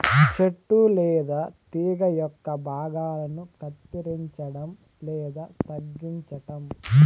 చెట్టు లేదా తీగ యొక్క భాగాలను కత్తిరించడం లేదా తగ్గించటం